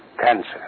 Cancer